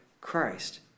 Christ